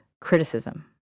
criticism